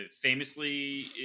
famously